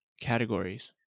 categories